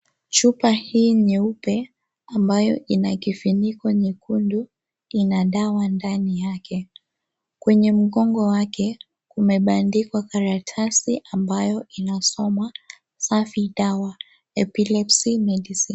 Chupa hii nyeupe ambayo ina kifuniko nyekundu ina dawa ndani yake, kwenye mgongo wake kumebandikwa karatasi ambayo inasoma, safi dawa epilepsy medicine .